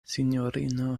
sinjorino